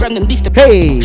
Hey